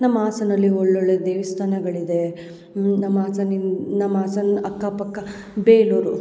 ನಮ್ಮ ಹಾಸನ್ನಲ್ಲಿ ಒಳ್ಳೊಳ್ಳೆಯ ದೇವಸ್ಥಾನಗಳಿದೆ ನಮ್ಮ ಹಾಸನಿನ ನಮ್ಮ ಹಾಸನ ಅಕ್ಕಪಕ್ಕ ಬೇಲೂರು